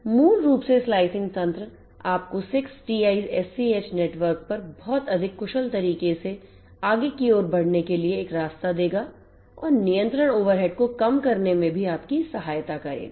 तो मूल रूप से स्लाइसिंग तंत्र आपको 6TiSCH नेटवर्क पर बहुत अधिक कुशल तरीके से आगे कि ओर बढ़ने के लिए एक रास्ता देगा और नियंत्रण ओवरहेड को कम करने में भी आपकी सहायता करेगा